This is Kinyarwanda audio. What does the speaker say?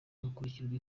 agakurikirana